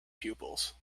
pupils